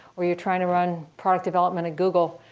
or you're trying to run product development at google,